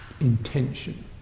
intention